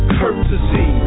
courtesy